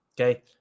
okay